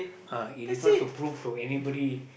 uh it is not to prove to anybody